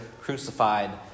crucified